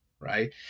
Right